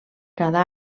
cada